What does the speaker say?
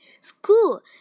school